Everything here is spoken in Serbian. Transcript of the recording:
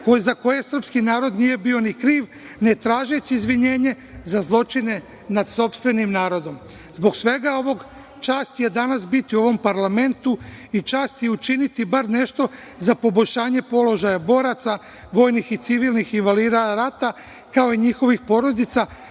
za koje srpski narod nije bio ni kriv, ne tražeći izvinjenje za zločine nad sopstvenim narodnom. Zbog svega ovog čast je danas biti u ovom parlamentu i čast je učiniti bar nešto za poboljšanje položaja boraca, vojnih i civilnih invalida rata, kao i njihovih porodica,